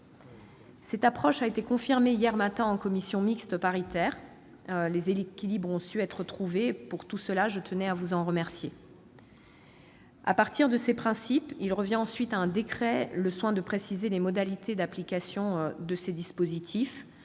Cette approche a été confirmée hier matin en commission mixte paritaire. Les équilibres ont su être trouvés, et je tenais à vous en remercier. À partir de ces principes, il revient ensuite à un décret le soin de préciser les modalités d'application de ces dispositifs.